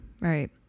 right